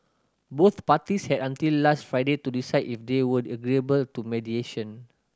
both parties had until last Friday to decide if they were agreeable to mediation